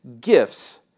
gifts